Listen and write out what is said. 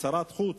כשרת החוץ,